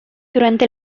durante